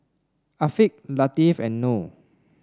Afiq Latif and Noh